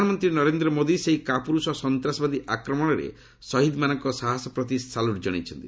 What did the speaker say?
ପ୍ରଧାନମନ୍ତ୍ରୀ ନରେନ୍ଦ୍ର ମୋଦି ସେହି କାପୁରୁଷ ସନ୍ତାସବାଦୀ ଆକ୍ରମଣରେ ସହିଦମାନଙ୍କ ସାହସ ପ୍ରତି ସାଲୁଟ ଜଣାଇଛନ୍ତି